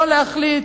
לא להחליט,